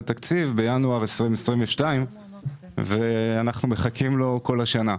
התקציב בינואר 2022 ואנחנו מחכים לו כל השנה.